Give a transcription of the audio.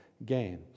Gain